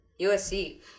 USC